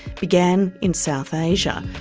began in south asia.